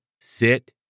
sit